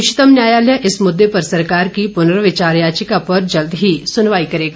उच्चतम न्यायालय इस मुद्दे पर सरकार की पुनर्विचार याचिका पर जल्दी ही सुनवाई करेगा